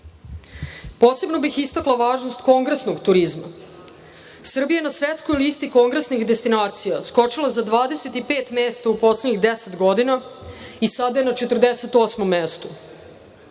dolara. Posebno bih istakla važnost kongresnog turizma. Srbija na svetskoj listi kongresnih destinacija skočila je za 25 mesta u poslednjih deset godina i sada je na 48 mestu.